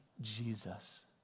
Jesus